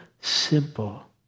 simple